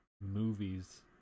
movies